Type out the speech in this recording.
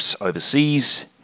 overseas